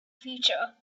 future